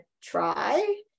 try